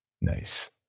Nice